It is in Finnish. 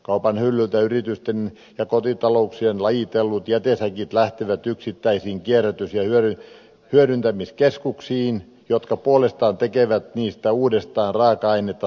kaupan hyllyiltä yritysten ja kotitalouksien lajitellut jätesäkit lähtevät yksittäisiin kierrätys ja hyödyntämiskeskuksiin jotka puolestaan tekevät niistä uudestaan raaka ainetta teollisuudelle